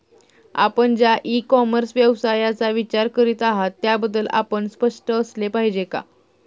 आपण ज्या e commerce व्यवसायाचा विचार करीत आहात त्याबद्दल आपण स्पष्ट असले पाहिजे का?